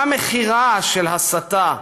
מה מחירה של הסתה,